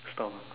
storm